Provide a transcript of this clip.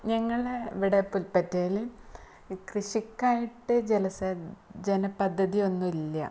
ഞങ്ങളുടെ ഇവിടെ പുല്പറ്റയിൽ കൃഷിക്കായിട്ട് ജലസേചന പദ്ധതിയൊന്നുമില്ല